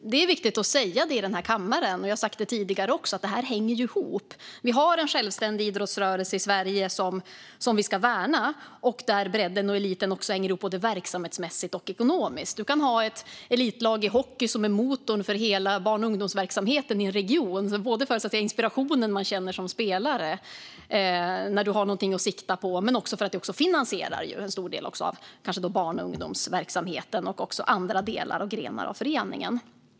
Det är viktigt att säga i denna kammare - jag har sagt det även tidigare - att detta hänger ihop. Vi har en självständig idrottsrörelse i Sverige, som vi ska värna, där bredden och eliten hänger ihop, både verksamhetsmässigt och ekonomiskt. Ett elitlag i hockey kan vara motorn för hela barn och ungdomsverksamheten i en region, både för den inspiration man känner som spelare när man har något att sikta mot och för att det finansierar en stor del av barn och ungdomsverksamheten och också andra delar och grenar av föreningen.